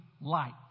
light